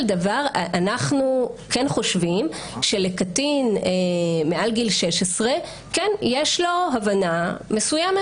דבר אנחנו כן חושבים שלקטין מעל גיל 16 יש הבנה מסוימת.